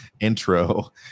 intro